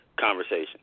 conversation